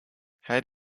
her